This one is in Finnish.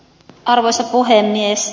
arvoisa puhemies